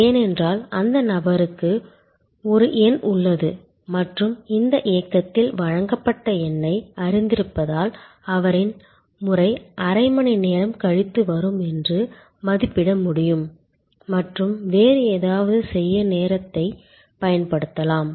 ஏனென்றால் அந்த நபருக்கு ஒரு எண் உள்ளது மற்றும் இந்த இயக்கத்தில் வழங்கப்பட்ட எண்ணை அறிந்திருப்பதால் அவரின் முறை அரை மணி நேரம் கழித்து வரும் என்று மதிப்பிட முடியும் மற்றும் வேறு ஏதாவது செய்ய நேரத்தைப் பயன்படுத்தலாம்